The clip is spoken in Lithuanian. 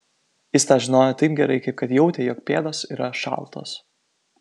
jis tą žinojo taip gerai kaip kad jautė jog pėdos yra šaltos